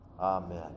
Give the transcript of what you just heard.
Amen